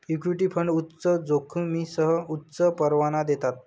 equity fund उच्च जोखमीसह उच्च परतावा देतात